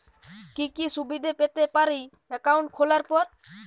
কি কি সুবিধে পেতে পারি একাউন্ট খোলার পর?